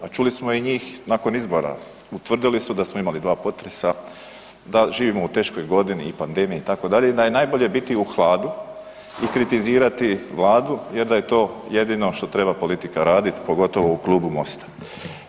A čuli smo njih nakon izbora, utvrdili su da smo imali 2 potresa, da živimo u teškoj godini i pandemiji itd., i da je najbolje biti u hladu i kritizirati Vladu jer da je to jedino što treba politika radit pogotovo u Klubu MOST-a.